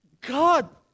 God